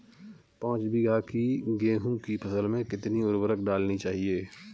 पाँच बीघा की गेहूँ की फसल में कितनी उर्वरक डालनी चाहिए?